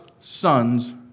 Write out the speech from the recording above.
son's